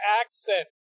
accent